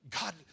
God